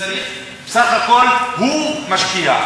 שבסך הכול הוא משקיע,